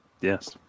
Yes